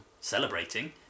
celebrating